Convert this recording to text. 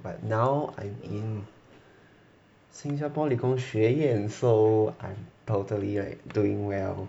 but now I'm in 新加坡理工学院 so I'm totally right doing well